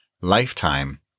lifetime